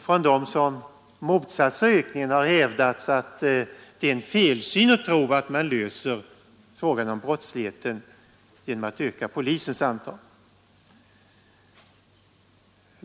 Från dem som motsatt sig ökningen har hävdats att det är en felsyn att tro att man löser frågan om brottsligheten genom att öka polisens antal.